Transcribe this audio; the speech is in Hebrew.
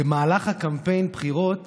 במהלך קמפיין הבחירות